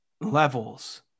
levels